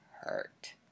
hurt